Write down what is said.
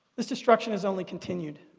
this destruction has only continued.